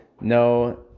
No